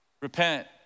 Repent